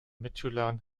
mitschülern